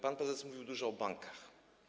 Pan prezes mówił dużo o bankach.